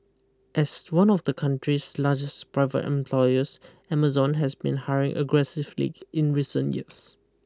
as one of the country's largest private employers Amazon has been hiring aggressively in recent years